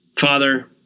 father